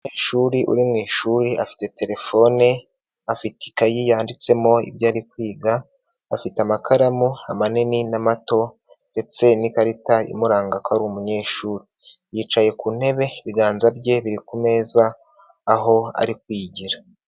Ishuri uri mu ishuri afite terefone, afite ikayi yanditsemo ibyo ari kwiga, afite amakaramu amanini n'amato ndetse n'ikarita imuranga ko ari umunyeshuri, yicaye ku ntebe ibiganza bye biri ku meza aho ari kwigira.